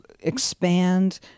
expand